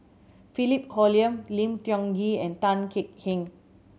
Philip Hoalim Lim Tiong Ghee and Tan Kek Hiang